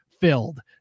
filled